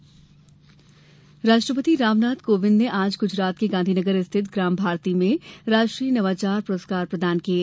राष्ट्रपति पुरस्कार राष्ट्रपति रामनाथ कोविंद ने आज गुजरात के गांधीनगर स्थित ग्राम भारती में राष्ट्रीय नवाचार पुरस्कार प्रदान किये